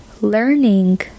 learning